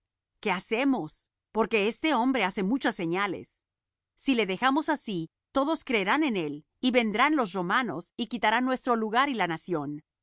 qué hacemos porque este hombre hace muchas señales si le dejamos así todos creerán en él y vendrán los romanos y quitarán nuestro lugar y la nación